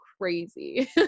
crazy